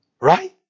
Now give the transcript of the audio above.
Right